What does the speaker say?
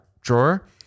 drawer